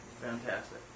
Fantastic